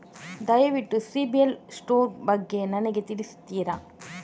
ದಯವಿಟ್ಟು ಸಿಬಿಲ್ ಸ್ಕೋರ್ ಬಗ್ಗೆ ನನಗೆ ತಿಳಿಸ್ತಿರಾ?